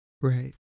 Right